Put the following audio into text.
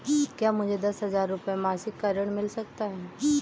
क्या मुझे दस हजार रुपये मासिक का ऋण मिल सकता है?